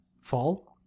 fall